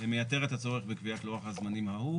מייתרת את הצורך בקביעת לוח הזמנים ההוא